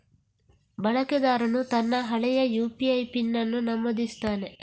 ಬಳಕೆದಾರನು ತನ್ನ ಹಳೆಯ ಯು.ಪಿ.ಐ ಪಿನ್ ಅನ್ನು ನಮೂದಿಸುತ್ತಾನೆ